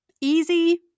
Easy